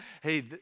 hey